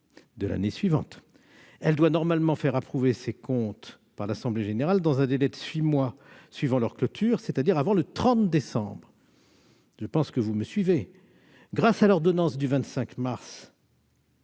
de l'année suivante. Elle doit normalement faire approuver ses comptes par l'assemblée générale dans un délai de six mois suivant leur clôture, soit avant le 30 décembre. Grâce à l'ordonnance du 25 mars